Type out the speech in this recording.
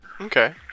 Okay